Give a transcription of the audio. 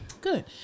Good